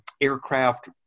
aircraft